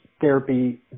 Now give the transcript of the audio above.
therapy